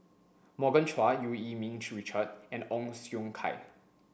Morgan Chua Eu Yee Ming Richard and Ong Siong Kai